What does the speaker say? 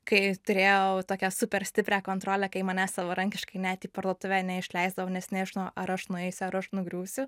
kai turėjau tokią super stiprią kontrolę kai manęs savarankiškai net į parduotuvę neišleisdavo nes nežino ar aš nueisiu ar aš nugriūsiu